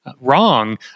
wrong